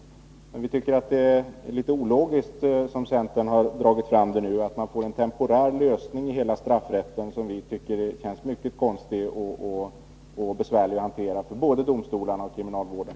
Vi tycker att det är litet ologiskt som centern dragit fram det nu, att man får en temporär lösning som måste kännas mycket konstig och besvärlig att hantera för både domstolarna och kriminalvården.